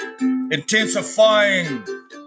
intensifying